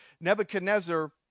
Nebuchadnezzar